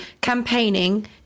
campaigning